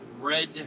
red